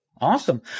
Awesome